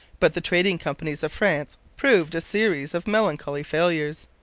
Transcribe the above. but the trading companies of france proved a series of melancholy failures,